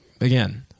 again